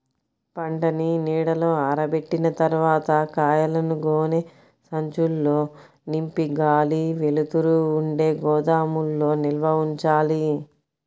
పంటని నీడలో ఆరబెట్టిన తర్వాత కాయలను గోనె సంచుల్లో నింపి గాలి, వెలుతురు ఉండే గోదాముల్లో నిల్వ ఉంచాలి